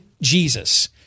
Jesus